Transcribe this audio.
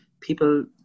people